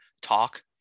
talk